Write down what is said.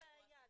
אין בעיה.